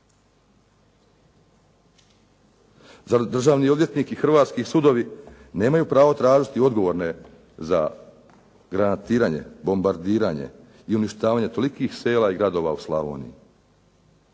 državni odvjetnik i hrvatski sudovi nemaju pravo tražiti odgovorne za granatiranje, bombardiranje i uništavanje tolikih sela i gradova u Slavoniji?